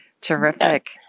Terrific